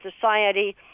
society